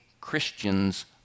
Christians